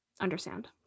understand